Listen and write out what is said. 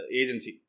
agency